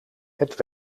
het